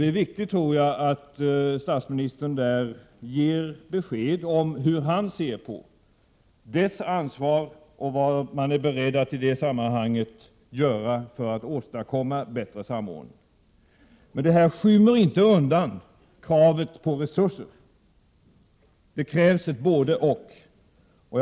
Det är viktigt att statsministern ger besked om hur han ser på dess ansvar och vad man är beredd att göra för att åstadkomma en bättre samordning. Men det här skymmer inte undan kravet på resurser. Det krävs ett både—och.